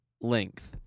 length